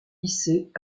lycées